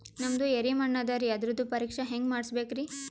ನಮ್ದು ಎರಿ ಮಣ್ಣದರಿ, ಅದರದು ಪರೀಕ್ಷಾ ಹ್ಯಾಂಗ್ ಮಾಡಿಸ್ಬೇಕ್ರಿ?